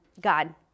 God